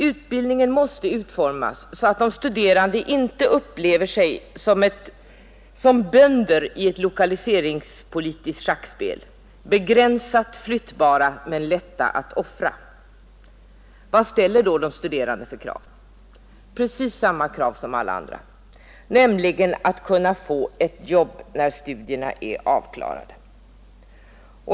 Utbildningen måste utformas så att de studerande inte upplever sig som bönder i ett lokaliseringspolitiskt schackspel, begränsat flyttbara men lätta att offra. Vad ställer då de studerande för krav? Precis samma krav som alla andra, nämligen att kunna få ett jobb när studierna är avklarade.